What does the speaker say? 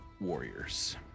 warriors